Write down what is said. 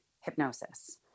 hypnosis